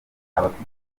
abafite